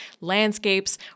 landscapes